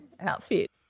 outfit